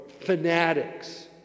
fanatics